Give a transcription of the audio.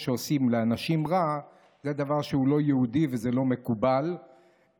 אני ראיתי נשים במקלטים שכורעות ללדת,